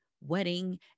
wedding